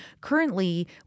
currently